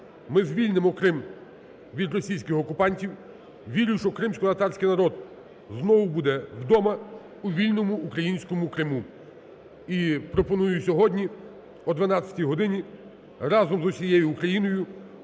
ми звільнимо Крим від російських окупантів, вірю, що кримськотатарський народ знову буде вдома, у вільному українському Криму. І пропоную сьогодні о 12-й годині разом з усією Україною